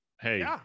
Hey